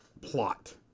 plot